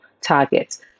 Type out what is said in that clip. targets